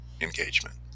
engagement